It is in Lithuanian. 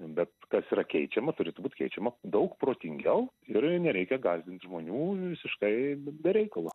bet kas yra keičiama turėtų būti keičiama daug protingiau ir nereikia gąsdint žmonių visiškai be reikalo